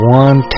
one